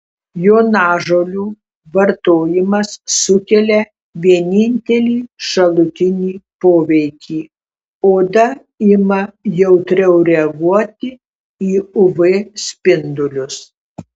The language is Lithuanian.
jonažolių vartojimas sukelia vienintelį šalutinį poveikį oda ima jautriau reaguoti į uv spindulius